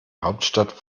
hauptstadt